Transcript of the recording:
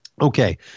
Okay